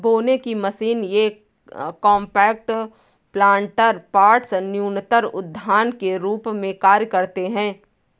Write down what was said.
बोने की मशीन ये कॉम्पैक्ट प्लांटर पॉट्स न्यूनतर उद्यान के रूप में कार्य करते है